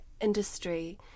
industry